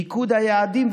מיקוד היעדים,